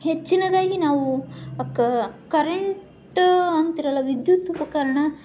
ಹೆಚ್ಚಿನದಾಗಿ ನಾವು ಕರೆಂಟ್ ಅಂತೀರಲ್ಲ ವಿದ್ಯುತ್ ಉಪಕರಣ